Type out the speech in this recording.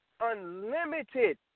unlimited